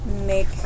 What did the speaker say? make